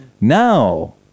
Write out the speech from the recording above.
Now